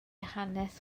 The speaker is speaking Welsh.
hanes